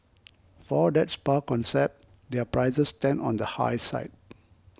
for that spa concept their prices stand on the high side